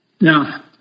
Now